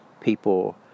people